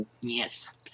Yes